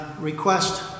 request